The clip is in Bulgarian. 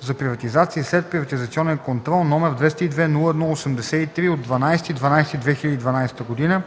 за приватизация и следприватизационен контрол, № 202-01-83, от 12 декември 2012 г.,